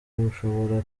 ushobora